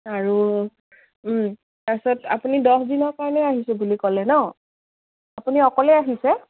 আৰু তাৰপিছত আপুনি দহদিনৰ কাৰণে আহিছোঁ বুলি ক'লে ন আপুনি অকলে আহিছে